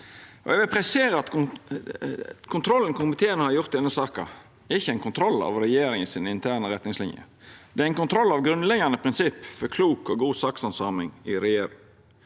Eg vil presisera at kontrollen komiteen har gjort i denne saka, ikkje er ein kontroll av regjeringa sine interne retningslinjer. Det er ein kontroll av grunnleggjande prinsipp for klok og god sakshandsaming i regjering.